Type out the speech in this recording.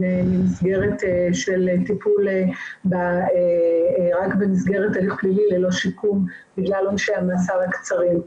ממסגרת של טיפול רק במסגרת הליך פלילי ללא שיקום בגלל עונשי המאסר הקצרים.